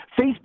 Facebook